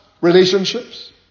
relationships